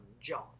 John